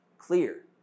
clear